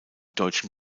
deutschen